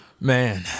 Man